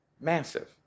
massive